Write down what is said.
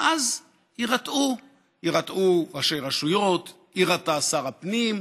ואז יירתעו, יירתעו ראשי רשויות, יירתע שר הפנים,